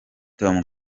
tom